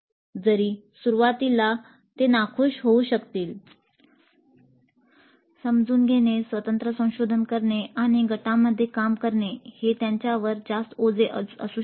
जरी सुरुवातीला ते नाखूष होऊ शकतील समजून घेणे स्वतंत्र संशोधन करणे आणि गटांमध्ये काम करणे हे त्यांच्यावर जास्त ओझे असू शकते